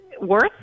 worth